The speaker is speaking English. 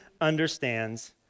understands